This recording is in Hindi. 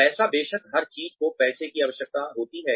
पैसा बेशक हर किसी को पैसे की आवश्यकता होती है